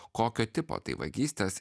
kokio tipo tai vagystės